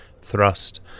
thrust